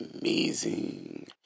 amazing